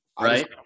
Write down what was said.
Right